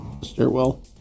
Stairwell